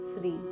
free